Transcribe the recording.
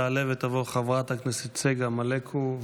תעלה ותבוא חברת הכנסת צגה מלקו.